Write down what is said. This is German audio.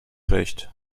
recht